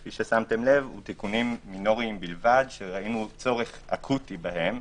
כפי ששמתם לב תיקונים מינוריים בלבד שראינו צורך אקוטי בהם.